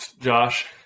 Josh